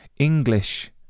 english